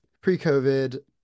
pre-COVID